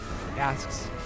asks